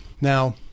Now